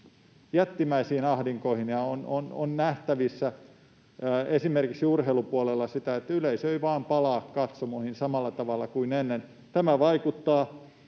jättimäisiin ahdinkoihin, ja on nähtävissä esimerkiksi urheilupuolella sitä, että yleisö ei vaan palaa katsomoihin samalla tavalla kuin ennen. Tämä vaikuttaa